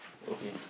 okay